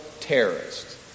terrorists